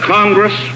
Congress